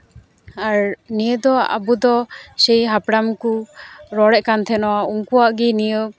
ᱟᱨ ᱱᱤᱭᱟᱹ ᱫᱚ ᱟᱵᱚ ᱫᱚ ᱥᱮᱭ ᱦᱟᱯᱲᱟᱢ ᱠᱚ ᱨᱚᱲᱮᱜ ᱠᱟᱱ ᱛᱟᱦᱮᱱᱟ ᱩᱱᱠᱩᱣᱟᱜ ᱜᱮ ᱱᱤᱭᱟᱹ